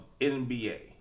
NBA